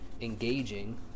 engaging